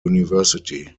university